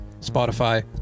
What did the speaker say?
Spotify